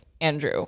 Andrew